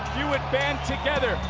you would band together,